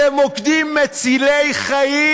אלה מוקדים מצילי חיים.